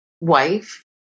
wife